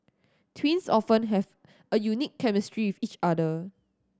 twins often have a unique chemistry with each other